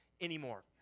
anymore